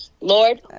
Lord